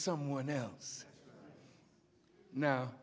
someone else no